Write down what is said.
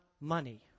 money